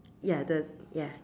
ya the ya